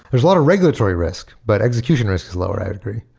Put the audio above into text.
there's a lot of regulatory risk, but execution risk is lower. i'd agree.